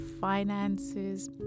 finances